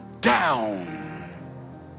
down